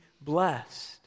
blessed